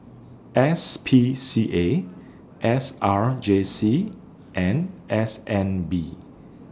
S P C A S R J C and S N B